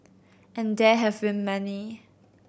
and there have been many